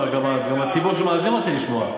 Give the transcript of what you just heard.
גם הציבור שמאזין רוצה לשמוע.